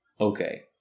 okay